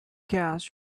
cash